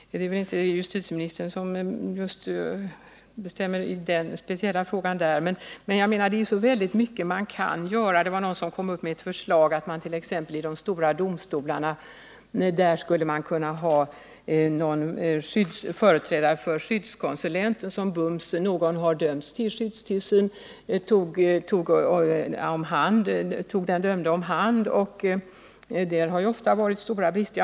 Det är väl inte justitieministerns område, men det är en av de saker man skulle kunna göra. Det var någon som väckte förslaget att man i de stora domstolarna skulle kunna ha någon företrädare för skyddskonsulenten, som bums när någon hade dömts till skyddstillsyn tog den dömde om hand. Där har ofta funnits stora brister.